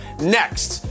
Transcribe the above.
Next